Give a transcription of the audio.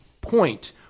point